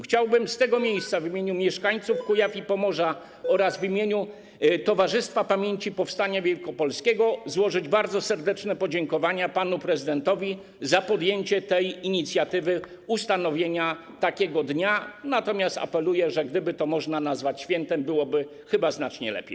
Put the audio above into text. Chciałbym z tego miejsca w imieniu mieszkańców Kujaw i Pomorza oraz w imieniu Towarzystwa Pamięci Powstania Wielkopolskiego złożyć bardzo serdeczne podziękowania panu prezydentowi za podjęcie tej inicjatywy ustanowienia takiego dnia, natomiast apeluję, że gdyby to można nazwać świętem, byłoby chyba znacznie lepiej.